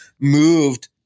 moved